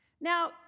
Now